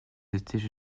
étaient